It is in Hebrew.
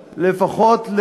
לפחות,